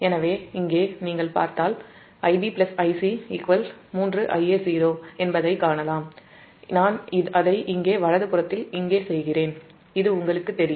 எனவே இங்கே நீங்கள் பார்த்தால் Ib Ic 3Ia0 என்பதைக் காணலாம் இது உங்களுக்குத் தெரியும்